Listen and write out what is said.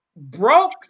broke